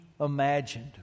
imagined